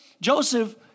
Joseph